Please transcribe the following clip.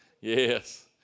Yes